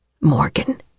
Morgan